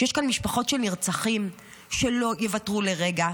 שיש כאן משפחות של נרצחים שלא יוותרו לרגע,